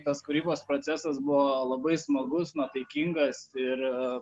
tas kūrybos procesas buvo labai smagus nuotaikingas ir